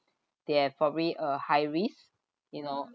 they have probably uh high risk you know